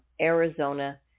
Arizona